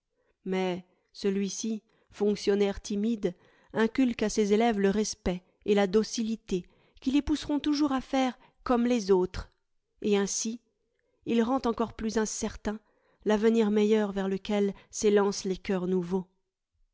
mais celui-ci fonctionnaire timide inculque à ses élèves le respect et la docilité qui les pousseront toujours à faire comme les autres et ainsi il rend encore plus incertain l'avenir meilleur vers lequel s'élancent les cœurs nouveaux